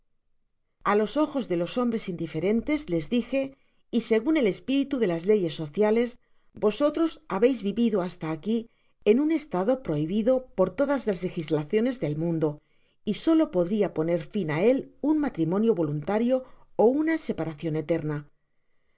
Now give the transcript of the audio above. a los ojos de los hombres indiferentes les dijo y según el espiritu de las leyes sociales vosotros habéis vivido hasta aqui en un estado prohibido por todas las legislaciones del mundo y solo po dria poner fin á él un matrimonio voluntario ó uoa separacion eterna